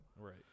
Right